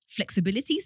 flexibilities